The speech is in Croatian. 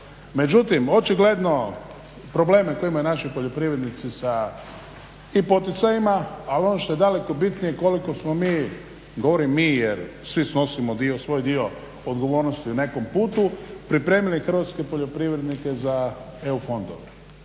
Međutim, očigledno probleme koje imaju naši poljoprivrednici sa i poticajima, ali ono što je daleko bitnije koliko smo mi, govorim mi, jer svi snosimo dio, svoj dio odgovornost u nekom putu, pripremili hrvatske poljoprivrednike za EU fondove.